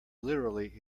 literally